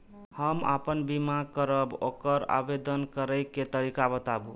हम आपन बीमा करब ओकर आवेदन करै के तरीका बताबु?